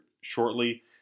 shortly